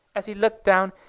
as he looked down,